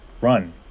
run